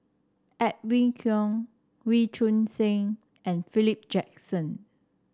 Edwin Koek Wee Choon Seng and Philip Jackson